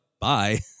Bye